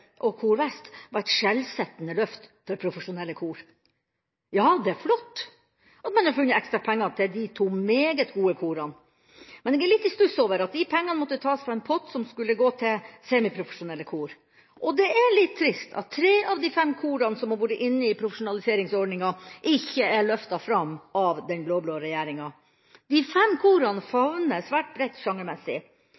og Kor Vest, var et skjellsettende løft for profesjonelle kor. Ja, det er flott at man har funnet ekstra penger til de to meget gode korene, men jeg er litt i stuss over at de pengene måtte tas fra en pott som skulle gå til semiprofesjonelle kor. Og det er litt trist at tre av de fem korene som har vært inne i profesjonaliseringsordninga, ikke er løftet fram av den blå-blå regjeringa. De fem korene